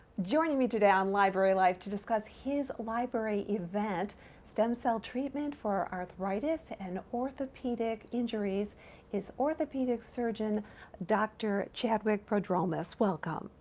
joining me today on library life to discuss his library event stem cell treatment for arthritis and orthopedic injuries is orthopedic surgeon dr. chadwick prodromos, welcome.